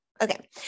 okay